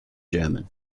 german